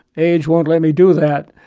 age won't let me do that.